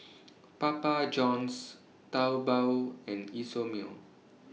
Papa Johns Taobao and Isomil